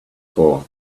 for